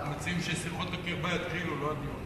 אנחנו מציעים ששיחות הקרבה יתחילו, לא הדיון.